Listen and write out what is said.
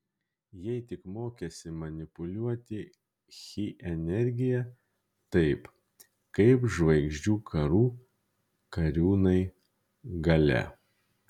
jei tik mokėsi manipuliuoti chi energija taip kaip žvaigždžių karų kariūnai galia